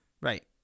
right